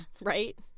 Right